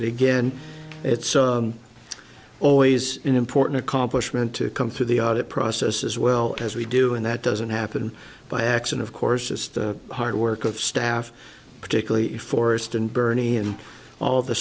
it again it's always an important accomplishment to come through the audit process as well as we do and that doesn't happen by x and of course it's the hard work of staff particularly forest and bernie and all the